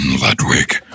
Ludwig